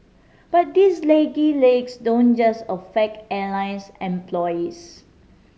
but these lengthy legs don't just affect airlines employees